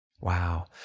Wow